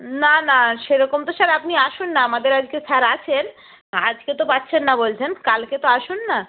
না না সেরকম তো স্যার আপনি আসুন না আমাদের আজকে স্যার আছেন আজকে তো পারছেন না বলছেন কালকে তো আসুন না